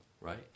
right